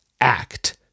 Act